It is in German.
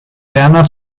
werner